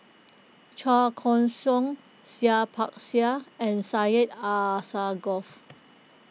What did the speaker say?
Chua Koon Siong Seah Peck Seah and Syed Alsagoff